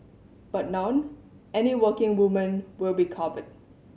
but now any working woman will be covered